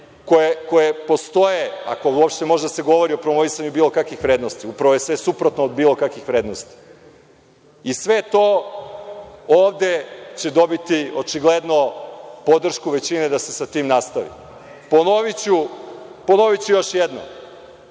koje postoje, ako uopšte može da se govori o promovisanju bilo kakvih vrednosti. Upravo je sve suprotno od bilo kakvih vrednosti. Sve to će ovde dobiti očigledno podršku većine da se sa tim nastavi. Ponoviću još jednom,